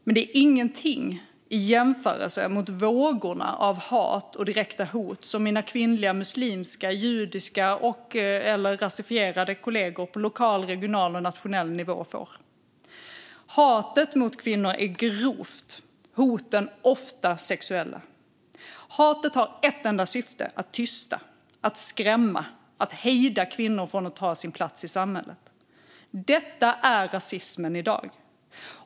Men det är ingenting jämfört med de vågor av hat och direkta hot som mina kvinnliga muslimska, judiska och/eller rasifierade kollegor på lokal, regional och nationell nivå får. Hatet mot kvinnor är grovt, hoten ofta sexuella. Hatet har ett enda syfte: att tysta, skrämma och hejda kvinnor från att ta sin plats i samhället. Detta är rasismen i dag.